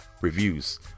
reviews